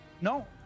No